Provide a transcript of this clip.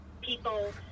people